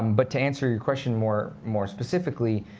but to answer your question more more specifically,